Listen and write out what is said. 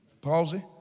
palsy